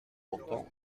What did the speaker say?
pourtant